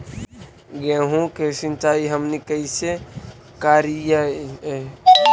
गेहूं के सिंचाई हमनि कैसे कारियय?